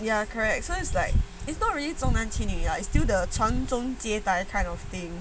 ya correct so like it's not really 重男轻女 ah its still the 传宗接代 type of thing